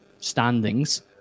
standings